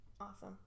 Awesome